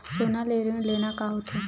सोना ले ऋण लेना का होथे?